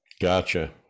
Gotcha